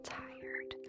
tired